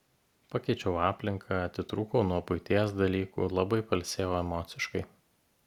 pakeičiau aplinką atitrūkau nuo buities dalykų labai pailsėjau emociškai